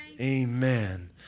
Amen